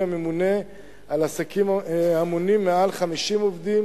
הממונה על עסקים המונים מעל 50עובדים